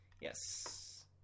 Yes